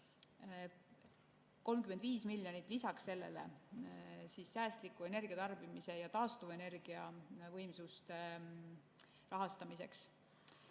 35 miljonit lisaks sellele on säästliku energiatarbimise ja taastuvenergiavõimsuste rahastamiseks.